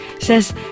says